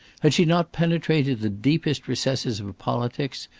had she not penetrated the deepest recesses of politics,